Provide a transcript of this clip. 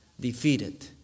defeated